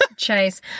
Chase